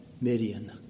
Midian